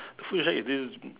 the food shack is this